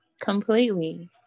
Completely